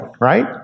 right